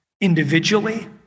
individually